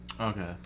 Okay